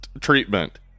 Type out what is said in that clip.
treatment